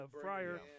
fryer